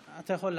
אתה יכול להמשיך.